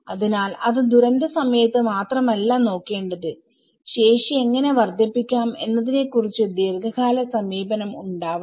അതിനാൽ അത് ദുരന്തസമയത്ത് മാത്രമല്ല നോക്കേണ്ടത് ശേഷി എങ്ങനെ വർദ്ധിപ്പിക്കാം എന്നതിനെ കുറിച്ച് ദീർഘകാല സമീപനം ഉണ്ടാവണം